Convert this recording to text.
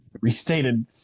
restated